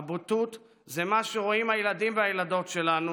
הבוטות, זה מה שרואים הילדים והילדות שלנו.